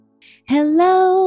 Hello